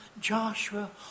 Joshua